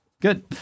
Good